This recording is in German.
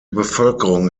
bevölkerung